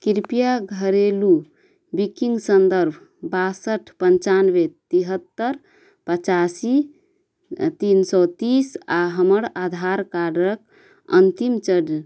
कृपया घरेलू विकिंग सन्दर्भ बासठि पंचानबे तिहत्तर पचासी तीन सओ तीस आओर हमर आधार कार्डक अन्तिम चर